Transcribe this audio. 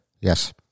Yes